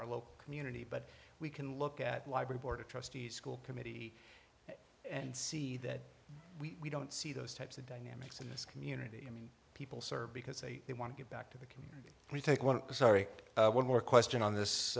our local community but we can look at library board of trustees school committee and see that we don't see those types of dynamics in this community i mean people serve because they they want to get back to the community we take one sorry one more question on this